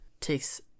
takes